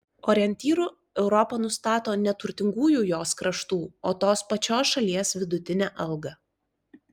orientyru europa nustato ne turtingųjų jos kraštų o tos pačios šalies vidutinę algą